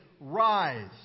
rise